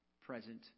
present